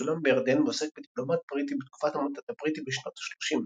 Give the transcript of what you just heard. צולם בירדן ועוסק בדיפלומט בריטי בתקופת המנדט הבריטי בשנות ה-30.